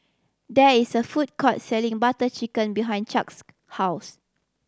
there is a food court selling Butter Chicken behind Chuck's house